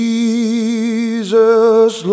Jesus